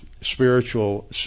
spiritual